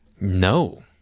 No